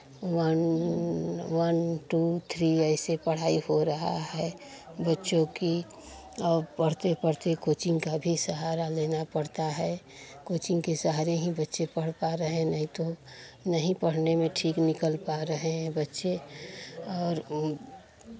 one one two three ऐसे पढ़ाई हो रहा है बच्चों की औ पढ़ते पढ़ते कोचिंग का भी सहारा लेना पड़ता है कोचिंग के सहारे ही बच्चे पढ़ पा रहे हैं नहीं तो नहीं पढ़ने में ठीक निकल पा रहे हैं बच्चे और